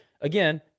again